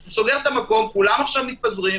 אז אתה סוגר את המקום, כולם עכשיו מתפזרים.